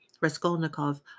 Raskolnikov